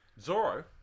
Zoro